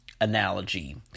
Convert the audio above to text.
analogy